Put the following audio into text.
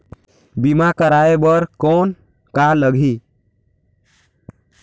बीमा कराय बर कौन का लगही?